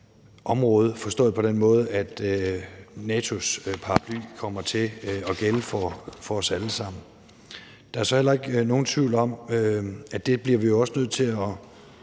område, forstået på den måde, at NATO's paraply kommer til at gælde for os alle sammen. Der er så heller ikke nogen tvivl om, at det bliver vi også nødt til at